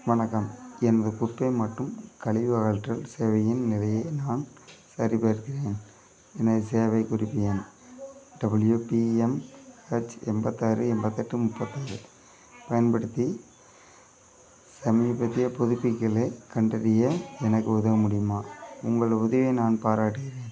வணக்கம் எனதுக் குப்பை மற்றும் கழிவு அகற்றல் சேவையின் நிலையை நான் சரிபார்க்கிறேன் எனது சேவைக் குறிப்பு எண் டபுள்யூபிஎம்ஹெச் எண்பத்தாறு எண்பத்தெட்டு முப்பத்தாறு பயன்படுத்தி சமீபத்தியப் புதுப்பிப்புகளைக் கண்டறிய எனக்கு உதவ முடியுமா உங்கள் உதவியை நான் பாராட்டுகிறேன்